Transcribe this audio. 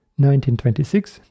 1926